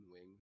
Wing